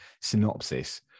synopsis